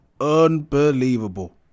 unbelievable